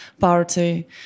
Party